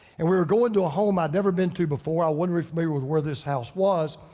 and we were going to a home i'd never been to before i wouldn't be familiar with where this house was.